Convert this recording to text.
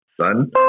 son